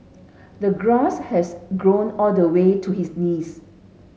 the grass had grown all the way to his knees